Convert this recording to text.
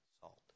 salt